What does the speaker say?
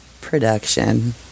production